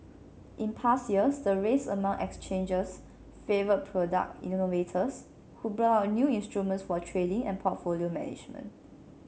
in past years the race among exchanges favoured product innovators who brought out new instruments for trading and portfolio management